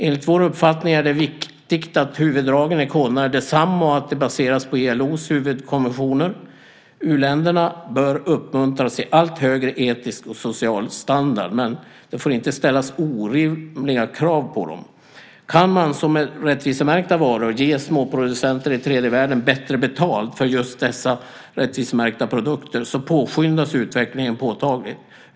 Enligt vår uppfattning är det viktigt att huvuddragen i koderna är desamma och att de baseras på ILO:s huvudkonventioner. U-länderna bör uppmuntras till allt högre etisk och social standard, men det får inte ställas orimliga krav på dem. Kan man, som med rättvisemärkta varor, ge småproducenterna i tredje världen bättre betalt för just dessa rättvisemärkta produkter påskyndas utvecklingen påtagligt.